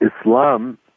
Islam